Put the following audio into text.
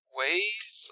ways